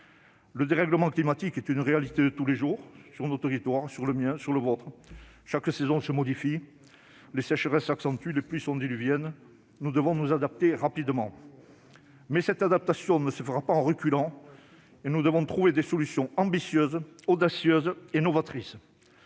Le dérèglement climatique est une réalité de tous les jours dans nos territoires, dans le mien, dans le vôtre. Chaque saison se modifie, les sécheresses s'accentuent, les pluies sont désormais diluviennes et nous devons nous adapter rapidement. Mais on ne mènera pas cette adaptation en reculant : c'est pourquoi nous devons trouver des solutions ambitieuses, audacieuses et novatrices.